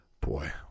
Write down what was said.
Boy